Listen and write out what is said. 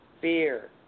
Fear